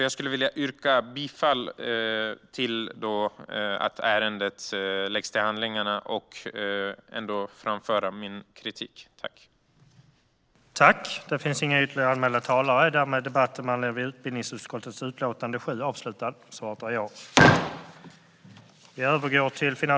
Jag vill yrka bifall till förslaget att ärendet läggs till handlingarna samtidigt som jag vill framföra min kritik. Ny kompetensagenda för Europa